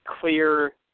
clear